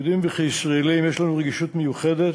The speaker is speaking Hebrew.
כיהודים וכישראלים יש לנו רגישות מיוחדת